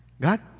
God